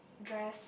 dress